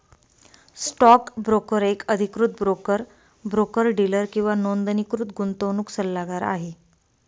stock broker एक अधिकृत broker, broker dealer किंवा नोंदणीकृत गुंतवणूक सल्लागार आहे